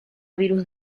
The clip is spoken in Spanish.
virus